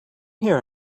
here